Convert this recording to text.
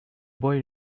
boy